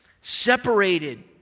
separated